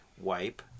wipe